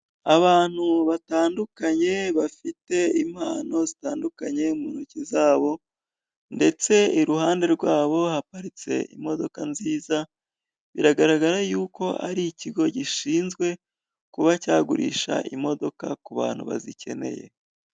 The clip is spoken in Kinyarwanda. Abantu batandukanye bafite impano zitandukanye muntoke za bo ndetse iruhande rw'abo haparitse imodoka nziza biragaragara yuko ari ikigo gishinzwe kuba cyagurisha imodoka kubantu bazikeneye.